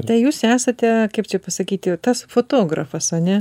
tai jūs esate kaip čia pasakyti tas fotografas ane